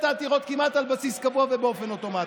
העתירות כמעט על בסיס קבוע ובאופן אוטומטי,